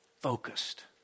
Focused